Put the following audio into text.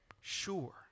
sure